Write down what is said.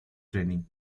training